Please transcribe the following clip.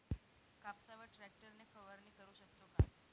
कापसावर ट्रॅक्टर ने फवारणी करु शकतो का?